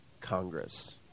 Congress